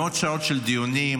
מאות שעות של דיונים,